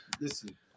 Listen